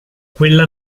quella